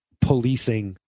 policing